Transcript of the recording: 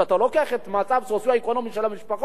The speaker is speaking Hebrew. כי אתה מביא בחשבון את המצב הסוציו-אקונומי של המשפחות,